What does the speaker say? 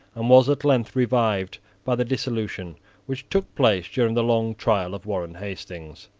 and was at length revived by the dissolution which took place during the long trial of warren hastings.